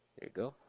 there you go,